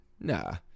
Nah